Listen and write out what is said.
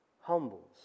humbles